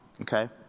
okay